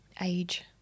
Age